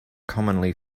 commonly